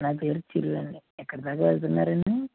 నా పేరు చిరు అండి ఎక్కడ దాకా వెళ్తున్నారండి